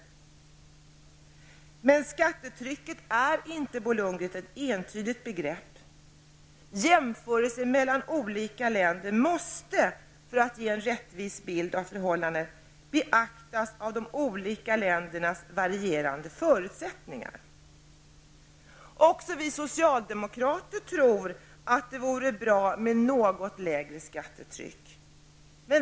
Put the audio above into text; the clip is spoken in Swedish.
Men skattetrycket är inte, Bo Lundgren, ett entydigt begrepp. Jämförelser mellan olika länder måste, för att ge en rättvis bild av förhållandena, beaktas med hänsyn tagen till de olika ländernas varierande förutsättningar. Också vi socialdemokrater tror att det vore bra om det blev ett något lägre skattetryck.